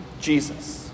Jesus